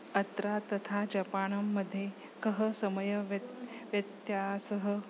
अत्र तथा जपाणं मध्ये कः समयव्यत् व्यत्यासः